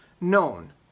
known